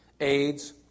AIDS